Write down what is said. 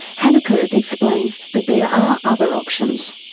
hannah kirk explains that there are other options.